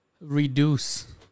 reduce